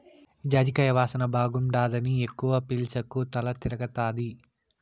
జాజికాయ వాసన బాగుండాదని ఎక్కవ పీల్సకు తల తిరగతాది